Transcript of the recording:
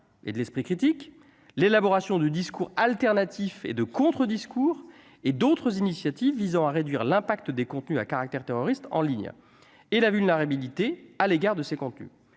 et de l'esprit critique l'élaboration de discours alternatif et de contre-discours et d'autres initiatives visant à réduire l'impact des contenus à caractère terroriste en ligne et la vulnérabilité à l'égard de ces contenus,